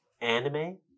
Anime